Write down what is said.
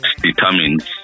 determines